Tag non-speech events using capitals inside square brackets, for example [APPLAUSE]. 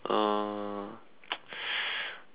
oh [NOISE]